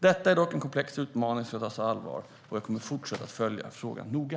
Detta är dock en komplex utmaning som ska tas på allvar, och jag kommer att fortsätta följa frågan noga.